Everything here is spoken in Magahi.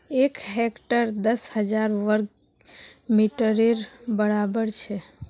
एक हेक्टर दस हजार वर्ग मिटरेर बड़ाबर छे